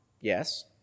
Yes